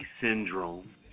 syndrome